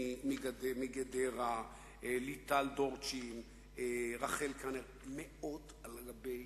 גדל רוח ונגיד עם / תקיף ובר-לבב,